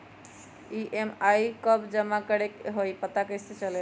EMI कव जमा करेके हई कैसे पता चलेला?